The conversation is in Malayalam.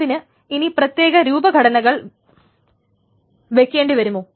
അതിന് ഇനി പ്രത്യേക രൂപഘടനകൾ വെക്കേണ്ടി വരുമോ